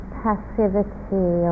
passivity